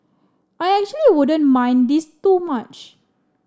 I actually wouldn't mind this too much